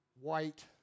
white